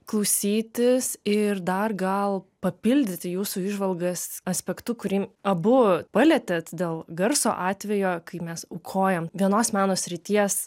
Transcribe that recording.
klausytis ir dar gal papildyti jūsų įžvalgas aspektu kurį abu palietėt dėl garso atvejo kai mes aukojam vienos meno srities